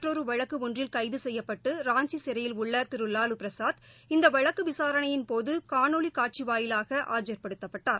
மற்றொரு வழக்கு ஒன்றில் கைது செய்யப்பட்டு ராஞ்சி சிறையில் உள்ள திரு லாலு பிரசாத் இந்த வழக்கு விசாரணையின்போது காணொலி காட்சி வாயிலாக ஆஜர்படுத்தப்பட்டார்